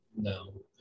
No